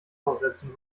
aussetzen